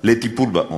לטיפול בעוני.